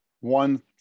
one –